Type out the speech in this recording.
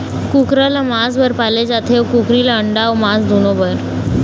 कुकरा ल मांस बर पाले जाथे अउ कुकरी ल अंडा अउ मांस दुनो बर